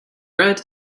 bread